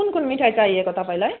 कुन कुन मिठाई चाहिएको तपाईँलाई